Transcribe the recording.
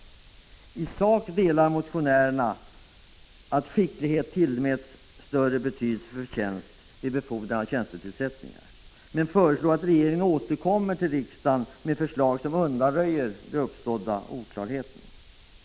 I sak delar motionärerna uppfattningen att skicklighet skall tillmätas större betydelse än förtjänst vid befordran och tjänstetillsättningar, men de föreslår att regering en återkommer till riksdagen med förslag som undanröjer den oklarhet som = Prot. 1985/86:48 har uppstått.